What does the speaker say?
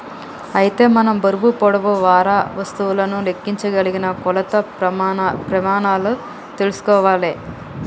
అయితే మనం బరువు పొడవు వారా వస్తువులను లెక్కించగలిగిన కొలత ప్రెమానాలు తెల్సుకోవాలే